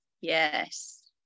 Yes